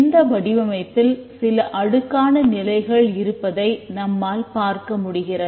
இந்த வடிவமைப்பில் சில அடுக்கான நிலைகள் இருப்பதை நம்மால் பார்க்க முடிகிறது